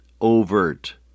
overt